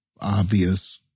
obvious